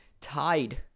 tied